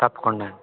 తప్పకుండా అండీ